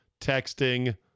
texting